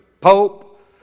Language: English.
pope